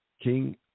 King